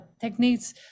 techniques